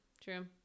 True